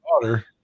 daughter